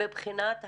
מבחינת התקינה,